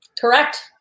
Correct